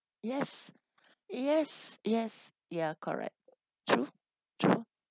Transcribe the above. yes yes yes ya correct true true